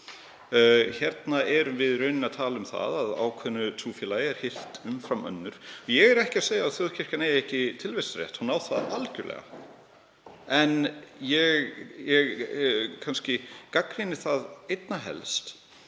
Hér erum við í rauninni að tala um að ákveðnu trúfélagi er hyglað umfram önnur. Ég er ekki að segja að þjóðkirkjan eigi ekki tilvistarrétt, hún á það algjörlega, en ég gagnrýni einna helst